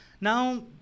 Now